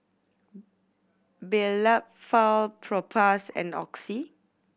Blephagel Propass and Oxy